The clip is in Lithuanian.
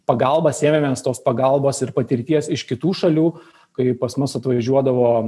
pagalbą semiamės tos pagalbos ir patirties iš kitų šalių kai pas mus atvažiuodavo